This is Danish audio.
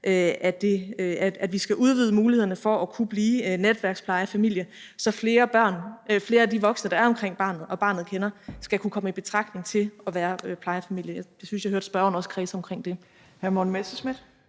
at vi skal udvide mulighederne for at kunne blive netværksplejefamilie, så flere af de voksne, der er omkring barnet, og som barnet kender, skal kunne komme i betragtning til at være plejefamilie. Jeg syntes, jeg også hørte spørgeren kredse om det.